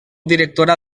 directora